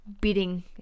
beating